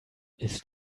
ist